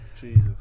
Jesus